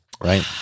Right